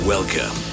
Welcome